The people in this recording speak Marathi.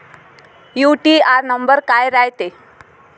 यू.टी.आर नंबर काय रायते?